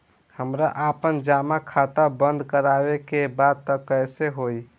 हमरा आपन जमा खाता बंद करवावे के बा त कैसे होई?